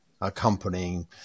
accompanying